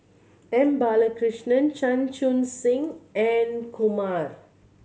M Balakrishnan Chan Chun Sing and Kumar